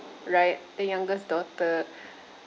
right the youngest daughter